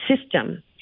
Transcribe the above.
system